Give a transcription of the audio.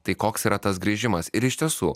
tai koks yra tas grįžimas ir iš tiesų